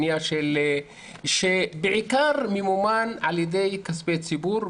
בנייה שבעיקר ממומנת בכספי ציבור,